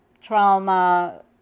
trauma